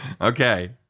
Okay